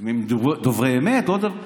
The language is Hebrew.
אם הם דוברי אמת, לא דוברי אמת.